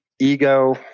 ego